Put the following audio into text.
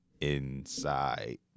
inside